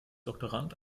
doktorand